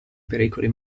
pericoli